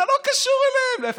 זה לא קשור אליהם, להפך.